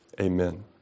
Amen